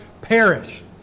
perish